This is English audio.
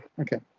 okay